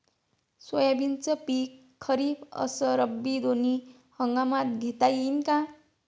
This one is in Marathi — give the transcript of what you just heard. सोयाबीनचं पिक खरीप अस रब्बी दोनी हंगामात घेता येईन का?